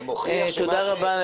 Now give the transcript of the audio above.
תודה רבה.